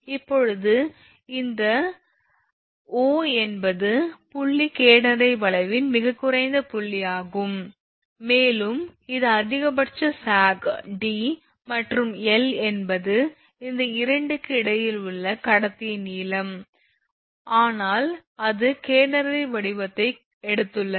இப்போது இந்த 0 என்பது புள்ளி கேடனரி வளைவின் மிகக் குறைந்த புள்ளியாகும் மேலும் இது அதிகபட்ச சாக் d மற்றும் l என்பது இந்த 2 க்கு இடையில் உள்ள கடத்தியின் நீளம் ஆனால் அது கேடனரி வடிவத்தை எடுத்துள்ளது